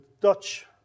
Dutch